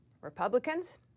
Republicans